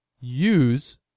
use